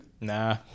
Nah